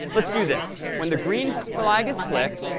let's do this. when the green flag is clicked,